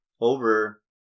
over